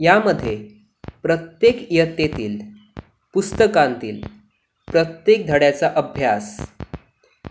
यामध्ये प्रत्येक इयत्तेतील पुस्तकांतील प्रत्येक धड्याचा अभ्यास